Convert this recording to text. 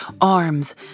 arms